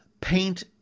Paint